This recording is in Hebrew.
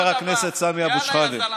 יאללה, יא זלמה.